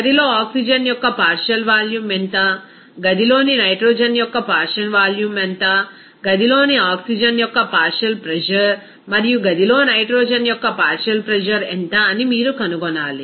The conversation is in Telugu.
గదిలో ఆక్సిజన్ యొక్క పార్షియల్ వాల్యూమ్ ఎంత గదిలోని నైట్రోజన్ యొక్క పార్షియల్ వాల్యూమ్ ఎంత గదిలో ఆక్సిజన్ యొక్క పార్షియల్ ప్రెజర్ మరియు గదిలో నైట్రోజన్ యొక్క పార్షియల్ ప్రెజర్ ఎంత అని మీరు కనుగొనాలి